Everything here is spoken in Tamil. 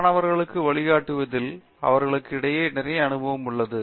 மாணவர்களுக்கு வழிகாட்டுவதில் அவர்களுக்கு இடையே நிறைய அனுபவம் உள்ளது